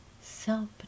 self